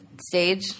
stage